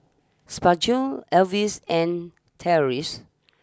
Spurgeon Avis and Terese